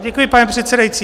Děkuji, pane předsedající.